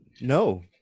No